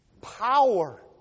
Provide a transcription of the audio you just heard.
Power